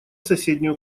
соседнюю